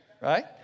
right